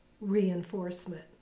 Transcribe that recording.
reinforcement